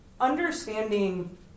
Understanding